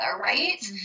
right